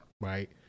right